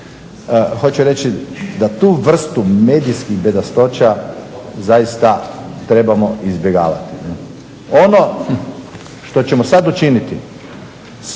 Hvala za